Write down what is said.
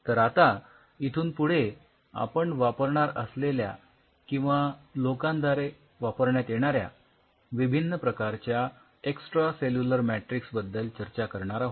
तर आता इथून पुढे आपण वापरणार असलेल्या किंवा लोकांद्वारे वापरण्यात येणाऱ्या विभिन्न प्रकारच्या एक्सट्रासेल्युलर मॅट्रिक्स बद्दल चर्चा करणार आहोत